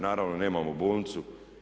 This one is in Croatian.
Naravno nemamo bolnicu.